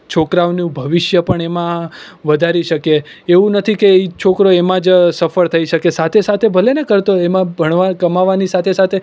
છોકરાઓનું ભવિષ્ય પણ એમાં વધારી શકીએ એવું નથી કે એ છોકરો એમાં જ સફળ થઈ શકે સાથે સાથે ભલેને કરતો એમાં ભણવા કમાવાની સાથે સાથે